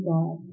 God